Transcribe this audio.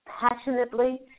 passionately